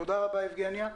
תודה רבה יבגניה.